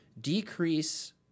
decrease